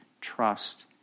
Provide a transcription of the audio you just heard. trust